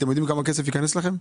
האם אתם יודעים כמה כסף ייכנס לכם?